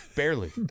Barely